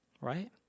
right